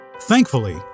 Thankfully